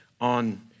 on